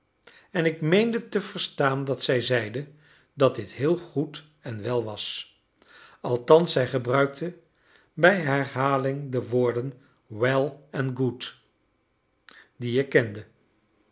en ik meende te verstaan dat zij zeide dat dit heel goed en wel was althans zij gebruikte bij herhaling de woorden well en good die ik kende